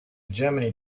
germany